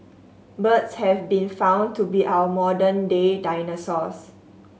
birds have been found to be our modern day dinosaurs